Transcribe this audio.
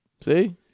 See